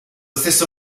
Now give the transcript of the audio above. stesso